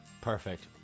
Perfect